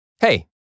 Hey